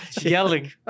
Yelling